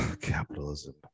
capitalism